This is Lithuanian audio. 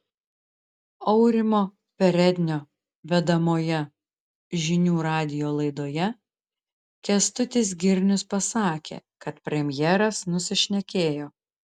aurimo perednio vedamoje žinių radijo laidoje kęstutis girnius pasakė kad premjeras nusišnekėjo